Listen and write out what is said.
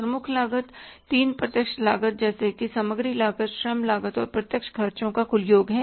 प्रमुख लागत तीन प्रत्यक्ष लागत जैसे कि सामग्री लागत श्रम लागत और प्रत्यक्ष ख़र्चों का कुल योग है